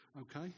okay